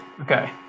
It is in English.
okay